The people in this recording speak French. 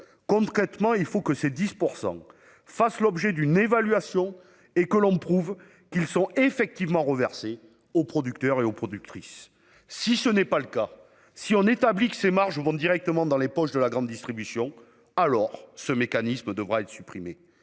Concrètement, il faut que ces 10 % fassent l'objet d'une évaluation, que l'on prouve qu'ils sont effectivement reversés aux producteurs et aux productrices. Si tel n'est pas le cas, si l'on établit que ces marges vont directement dans les poches de la grande distribution, alors ce mécanisme devra être supprimé.